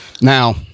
Now